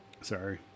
sorry